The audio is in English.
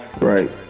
Right